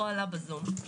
או עלה בזום.